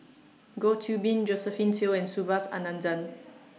Goh Qiu Bin Josephine Teo and Subhas Anandan